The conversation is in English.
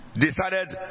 decided